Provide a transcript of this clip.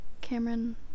Cameron